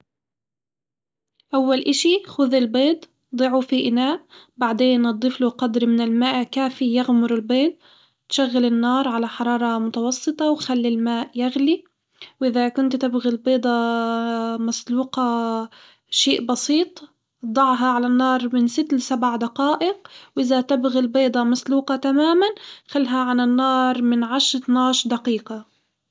أول إشي خذ البيض ضعه في إناء، بعدين نظفله قدر من الماء كافي يغمر البيض، شغل النار على حرارة متوسطة وخلي الماء يغلي وإذا كنت تبغي البيضة مسلوقة شئ بسيط ضعها على النار من ست لسبع دقائق، وإذا تبغي البيضة مسلوقة تمامًا خلّها على النار من عشر لاتناش دقيقة.